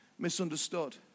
Misunderstood